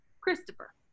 Christopher